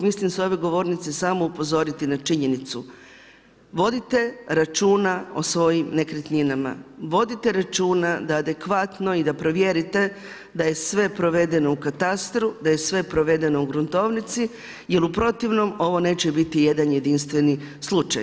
Mislim samo sa ove govornice samo upozoriti na činjenicu vodite računa o svojim nekretninama, vodite računa da adekvatno i da provjerite da je sve provedeno u katastru, da je sve provedeno u gruntovnici, jer u protivnom ovo neće biti jedan jedinstveni slučaj.